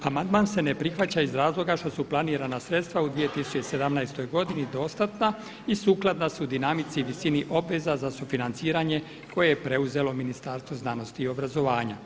Amandman se ne prihvaća iz razloga što su planirana sredstva u 2017. godini dostatna i sukladna su dinamici i visini obveza za sufinanciranje koje je preuzelo Ministarstvo znanosti i obrazovanja.